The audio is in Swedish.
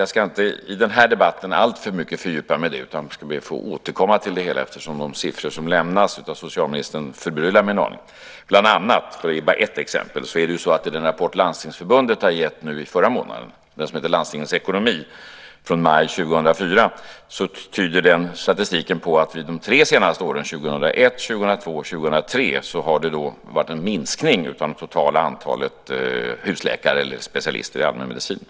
Jag ska inte fördjupa mig alltför mycket i det i den här debatten, utan jag ska be att få återkomma till det hela eftersom de siffror som lämnas av socialministern förbryllar mig en aning. Ett exempel är att statistiken i den rapport från Landstingsförbundet i maj 2004 som heter Landstingens ekonomi tyder på att det de tre senaste åren, 2001, 2002 och 2003, har varit en minskning av det totala antalet husläkare eller specialister i allmänmedicin.